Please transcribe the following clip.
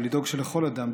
ולדאוג שלכל אדם,